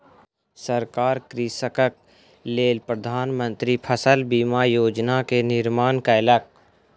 सरकार कृषकक लेल प्रधान मंत्री फसल बीमा योजना के निर्माण कयलक